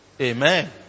amen